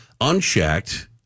unchecked